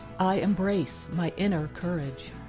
i embrace my inner courage.